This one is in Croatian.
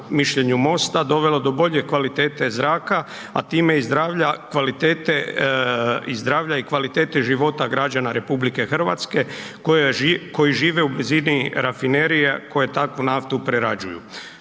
mišljenju MOST-a dovelo do bolje kvalitete zraka, a time i zdravlja kvalitete i zdravlja i kvalitete života građana RH, koji žive u blizini rafinerije koji takvu naftu prerađuju.